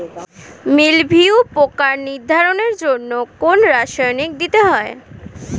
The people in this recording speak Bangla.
মিলভিউ পোকার নিবারণের জন্য কোন রাসায়নিক দিতে হয়?